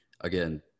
again